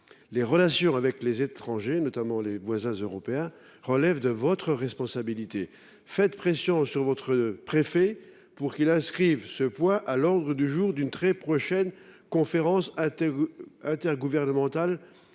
relation avec les étrangers, y compris nos voisins européens, relève de votre responsabilité. Faites pression sur votre préfet pour qu’il inscrive ce point à l’ordre du jour d’une prochaine conférence intergouvernementale